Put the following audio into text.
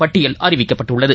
பட்டியல் அறிவிக்கப்பட்டுள்ளது